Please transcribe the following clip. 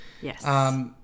Yes